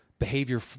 behavior